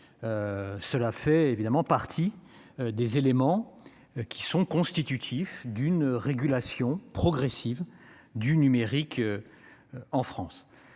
Cela fait évidemment partie. Des éléments qui sont constitutifs d'une régulation progressive du numérique. En France,